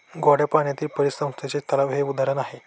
गोड्या पाण्यातील परिसंस्थेचे तलाव हे उदाहरण आहे